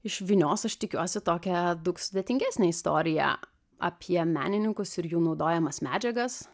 išvynios aš tikiuosi tokią daug sudėtingesnę istoriją apie menininkus ir jų naudojamas medžiagas